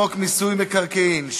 אני קובע שהצעת חוק תשלום קצבאות לחיילי